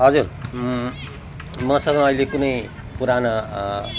हजुर मसँग अहिले कुनै पुराना